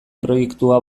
proiektua